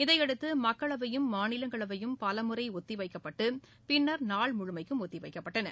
இதையடுத்து மக்களவையும் மாநிலங்களவையும் பலமுறை ஒத்தி வைக்கப்பட்டு பின்னா் நாள் முழுமைக்கும் ஒத்திவைக்கப்பட்டன